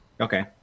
Okay